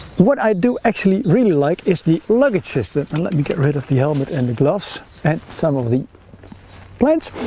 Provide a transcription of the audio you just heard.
what i do actually really like is the luggage system and let me get rid of the helmet and the gloves and some of the plants.